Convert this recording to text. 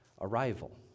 arrival